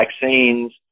vaccines